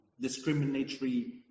discriminatory